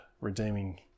redeeming